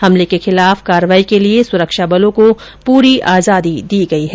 हमले के खिलाफ कार्यवाही के लिये सुरक्षा बलों को पूरी आजादी दी गई है